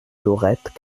lorette